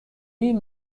این